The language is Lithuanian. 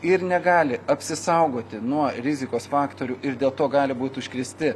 ir negali apsisaugoti nuo rizikos faktorių ir dėl to gali būt užkrėsti